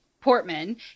Portman